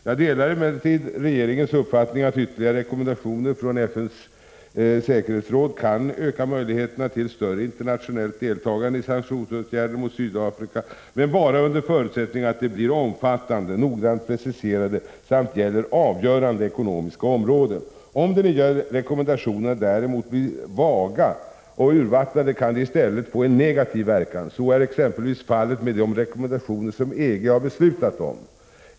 Jag delar emellertid regeringens uppfattning att ytterligare rekommendationer från FN:s säkerhetsråd kan öka möjligheterna till större internationellt deltagande i sanktionsåtgärder mot Sydafrika, men bara under förutsättning att de blir omfattande och noggrant preciserade samt gäller avgörande ekonomiska områden. Om de nya rekommendationerna däremot blir vaga och urvattnade kan de i stället få en negativ verkan. Så är exempelvis fallet med de rekommendationer som EG har beslutat om.